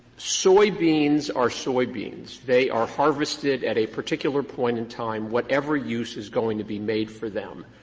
soybeans are soybeans. they are harvested at a particular point in time, whatever use is going to be made for them.